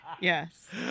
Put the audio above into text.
Yes